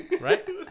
Right